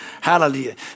Hallelujah